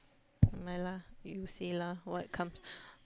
never mind lah you say lah what comes